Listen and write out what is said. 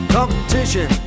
Competition